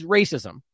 racism